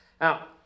Now